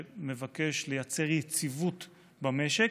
זה עניין שמבקש לייצר יציבות במשק.